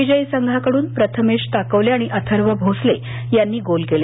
विजयी संघाकड्न प्रथमेश ताकवले आणि अथर्व भोसले यांनी गोल केले